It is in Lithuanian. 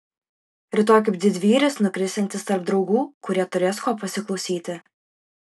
rytoj kaip didvyris nukrisiantis tarp draugų kurie turės ko pasiklausyti